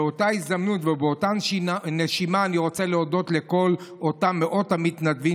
באותה הזדמנות ובאותה נשימה אני רוצה להודות לכל אותם מאות מתנדבים,